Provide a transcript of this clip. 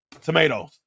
Tomatoes